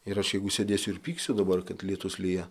ir aš jeigu sėdėsiu ir pyksiu dabar kad lietus lyja